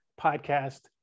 podcast